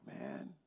man